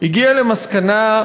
והגיעה למסקנה,